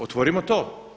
Otvorimo to.